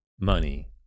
money